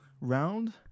round